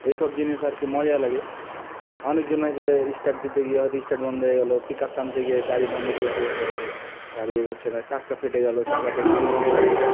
এসব জিনিস আর কি মজা লাগে অনেকজন আছে স্টার্ট দিতে গিয়ে হয়তো স্টার্ট বন্ধ হয়ে গেল পিক আপ টানতে গিয়ে গাড়ি বন্ধ করে বসে আছে গাড়ি এগোছে না চাকা ফেটে গেল চাকাতে কিল ঢুকে গেল